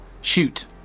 shoot